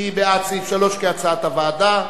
מי בעד סעיף 3, כהצעת הוועדה?